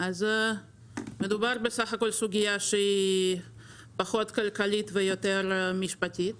מדובר בסוגיה שהיא פחות כלכלית ויותר משפטית.